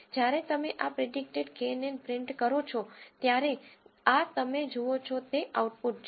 જ્યારે તમે આ પ્રીડીકટેડ કેએનએન પ્રિન્ટ કરો છો ત્યારે આ તમે જુઓ છો તે આઉટપુટ છે